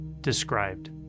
described